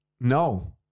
No